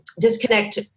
disconnect